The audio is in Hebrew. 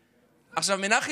מנחם בגין אמר: